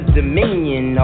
dominion